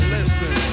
Listen